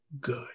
good